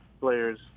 players